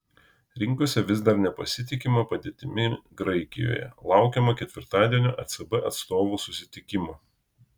rinkose vis dar nepasitikima padėtimi graikijoje laukiama ketvirtadienio ecb atstovų susitikimo